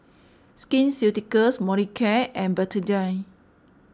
Skin Ceuticals Molicare and Betadine